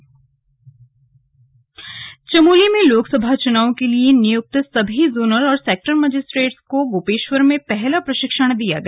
slug Chamoli प्रशिक्षण चमोली में लोकसभा चुनाव के लिए नियुक्त सभी जोनल और सेक्टर मजिस्ट्रेटों को गोपेश्वर में पहला प्रशिक्षण दिया गया